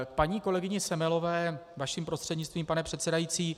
K paní kolegyni Semelové vaším prostřednictvím, pane předsedající.